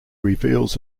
reveals